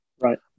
Right